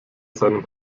seinen